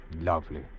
Lovely